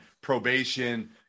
probation